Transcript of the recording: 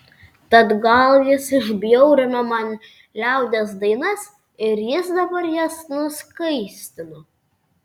tad gal jis išbjaurino man liaudies dainas ir jis dabar jas nuskaistino